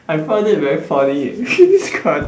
I find it very funny can't